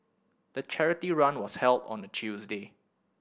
the charity run was held on a Tuesday